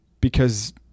because-